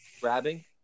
grabbing